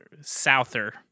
Souther